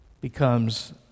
becomes